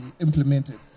implemented